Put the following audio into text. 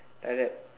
like that